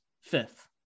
fifth